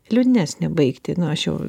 liūdnesnę baigtį nu aš jau